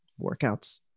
workouts